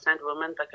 women